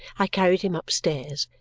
i carried him upstairs,